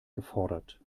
gefordert